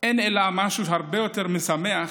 אין משהו הרבה יותר משמח